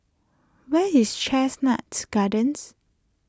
where is Chestnut Gardens